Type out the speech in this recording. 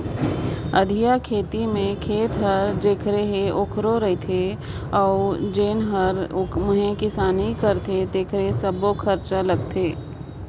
अधिया खेती में खेत हर जेखर हे ओखरे रथे अउ जउन हर ओम्हे किसानी करथे तेकरे सब्बो खरचा लगथे